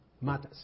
matters